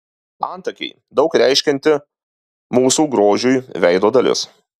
antakiai daug reiškianti mūsų grožiui veido dalis